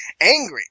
angry